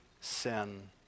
sin